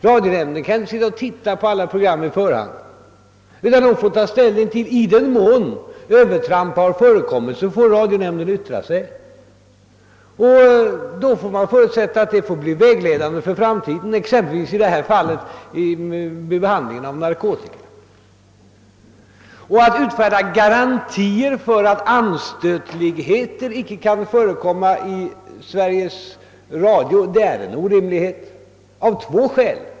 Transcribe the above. Radionämnden kan inte granska alla program i förhand, utan får yttra sig i den mån övertramp förekommer. Man får förutsätta att dess yttranden blir vägledande för framtiden, exempelvis i detta fall vid behandlingen av narkotikaproblem. Att utfärda garantier för att anstötligheter icke skall förekomma i Sveriges Radio är en orimlighet av två skäl.